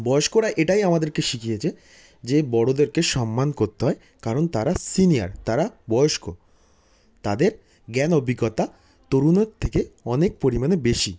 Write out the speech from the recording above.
বয়স্করা এটাই আমাদেরকে শিখিয়েছে যে বড়দেরকে সম্মান করতে হয় কারণ তারা সিনিয়র তারা বয়স্ক তাদের জ্ঞান অভিজ্ঞতা তরুণের থেকে অনেক পরিমাণে বেশি